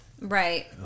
right